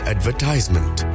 Advertisement